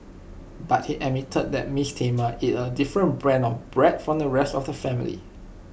but he admitted that miss Thelma ate A different brand of bread from the rest of the family